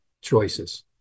choices